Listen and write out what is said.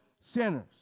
sinners